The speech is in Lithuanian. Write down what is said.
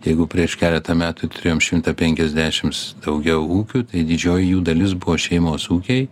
jeigu prieš keletą metų turėjom šimtą penkiasdešims daugiau ūkių tai didžioji jų dalis buvo šeimos ūkiai